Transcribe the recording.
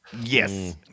yes